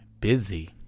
busy